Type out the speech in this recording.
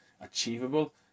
achievable